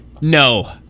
No